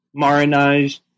marinage